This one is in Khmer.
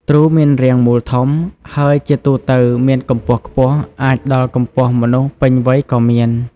ទ្រូមានរាងមូលធំ ហើយជាទូទៅមានកម្ពស់ខ្ពស់ អាចដល់កម្ពស់មនុស្សពេញវ័យក៏មាន។